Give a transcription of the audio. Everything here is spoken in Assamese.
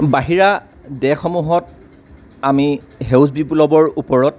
বাহিৰা দেশ সমূহত আমি সেউজ বিপ্লৱৰ ওপৰত